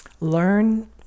learn